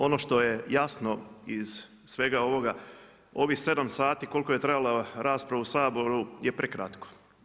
Ono što je jasno iz svega ovoga, ovih 7 sati koliko je trajala rasprava u Saboru je prekratko.